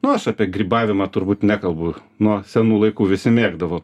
nu aš apie grybavimą turbūt nekalbu nuo senų laikų visi mėgdavo